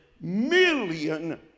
million